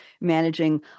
managing